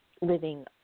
living